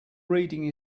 reading